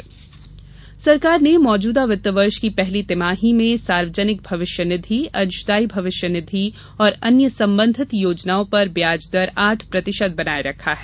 भविष्य निधि सरकार ने मौजूदा वित्त वर्ष की पहली तिमाही में सार्वजनिक भविष्य निधि अंशदायी भविष्य निधि और अन्य संबंधित योजनाओं पर ब्याज दर आठ प्रतिशत बनाए रखा है